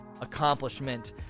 accomplishment